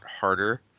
harder